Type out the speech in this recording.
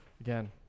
again